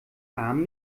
arm